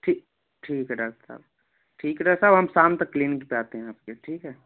ठीक है ठीक है डाक्टर साहब ठीक है डाक्टर साहब हम शाम तक क्लीनिक पे आते हैं आपके ठीक है